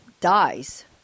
dies